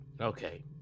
okay